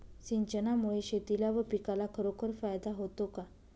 सिंचनामुळे शेतीला व पिकाला खरोखर फायदा होतो का?